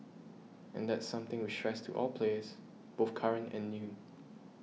and that's something we stress to all players both current and new